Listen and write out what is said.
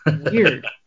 Weird